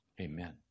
Amen